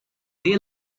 they